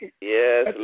Yes